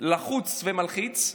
לחוץ ומלחיץ,